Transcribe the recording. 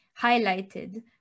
highlighted